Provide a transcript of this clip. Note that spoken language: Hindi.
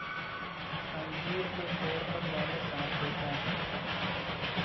अंजीर के पेड़ पर मैंने साँप देखा